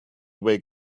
wake